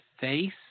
face